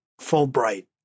Fulbright